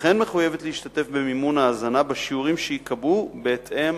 וכן מחויבת להשתתף במימון ההזנה בשיעורים שייקבעו בהתאם